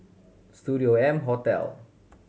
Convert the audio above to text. Studio M Hotel